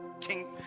King